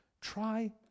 try